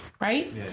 right